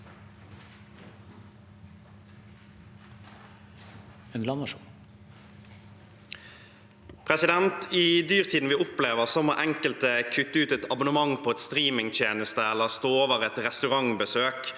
I dyrtiden vi opplever, må enkelte kutte ut et abonnement på en strømmetjeneste eller stå over et restaurantbesøk,